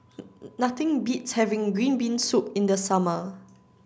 nothing beats having Green Bean Soup in the summer